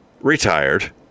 retired